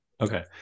Okay